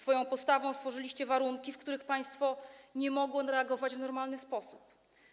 Swoją postawą stworzyliście warunki, w których państwo nie mogło reagować w normalny sposób.